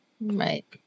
Right